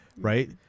Right